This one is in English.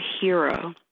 Hero